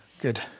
good